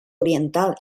oriental